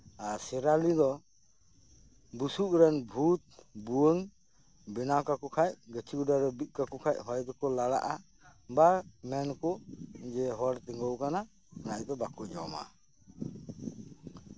ᱟᱨ ᱥᱮᱨᱟᱞᱤ ᱫᱚ ᱵᱩᱥᱩᱵ ᱨᱮᱱ ᱵᱷᱩᱛ ᱵᱷᱩᱣᱟᱹᱝ ᱵᱮᱱᱟᱣ ᱠᱟᱠᱚ ᱠᱷᱟᱡ ᱜᱟᱹᱪᱷᱤ ᱜᱚᱰᱟ ᱨᱮ ᱵᱤᱫ ᱠᱟᱠᱚ ᱠᱷᱟᱡ ᱦᱚᱭ ᱛᱮᱠᱚ ᱞᱟᱲᱟᱜᱼᱟ ᱵᱟ ᱢᱮᱱᱟᱠᱚ ᱦᱚᱲᱮᱭ ᱛᱤᱸᱜᱩᱣᱟᱠᱟᱱᱟ ᱚᱱᱟᱛᱮ ᱵᱟᱠᱚ ᱡᱚᱢᱟ